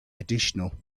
additional